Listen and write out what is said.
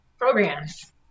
programs